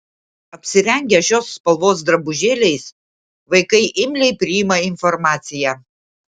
apsirengę šios spalvos drabužėliais vaikai imliai priima informaciją